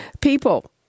People